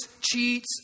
cheats